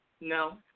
No